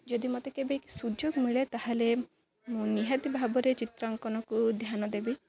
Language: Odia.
ଯଦି ମୋତେ କେବେ ସୁଯୋଗ ମିଳେ ତା'ହେଲେ ମୁଁ ନିହାତି ଭାବରେ ଚିତ୍ରାଙ୍କନକୁ ଧ୍ୟାନ ଦେବି